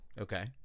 Okay